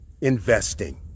investing